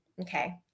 okay